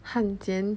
汉奸